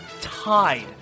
tied